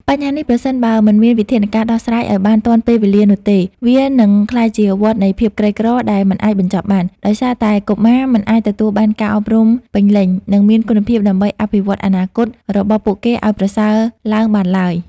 បញ្ហានេះប្រសិនបើមិនមានវិធានការដោះស្រាយឱ្យបានទាន់ពេលវេលានោះទេ វានឹងក្លាយជាវដ្តនៃភាពក្រីក្រដែលមិនអាចបញ្ចប់បាន ដោយសារតែកុមារមិនអាចទទួលបានការអប់រំពេញលេញ និងមានគុណភាពដើម្បីអភិវឌ្ឍអនាគតរបស់ពួកគេឱ្យប្រសើរឡើងបានឡើយ។